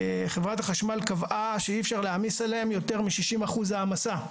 חברת החשמל קבעה שאי אפשר להעמיס עליהם יותר משישים אחוז העמסה.